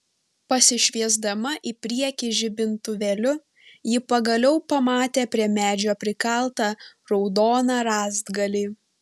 pasišviesdama į priekį žibintuvėliu ji pagaliau pamatė prie medžio prikaltą raudoną rąstgalį